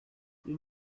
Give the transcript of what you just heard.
you